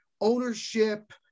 ownership